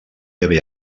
haver